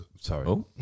Sorry